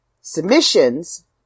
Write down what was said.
Submissions